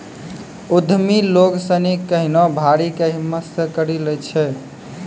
उद्यमि लोग सनी केहनो भारी कै हिम्मत से करी लै छै